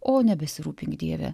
o nebesirūpink dieve